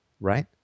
right